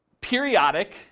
periodic